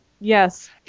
Yes